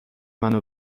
منو